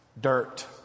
dirt